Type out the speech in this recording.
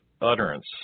utterance